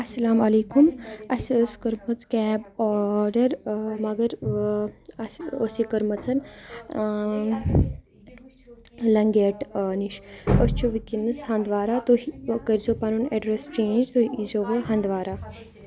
اَسَلامُ عَلیکُم اسہِ ٲس کٔرمٕژ کیب آرڈر مَگر اسہِ ٲس یہِ کٔرمٕژ لَنگیٹ نِش أسۍ چھِ وٕنکیٚنس ہندوارہ تُہۍ کٔرۍ زؠو پَنُن اؠڈرس چینج تُہۍ ایٖزؠو وَنہِ ہندوارہ